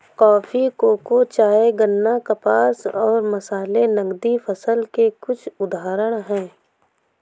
coffee, cocoa, चाय, गन्ना, कपास और मसाले नकदी फसल के कुछ उदाहरण हैं